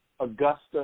Augusta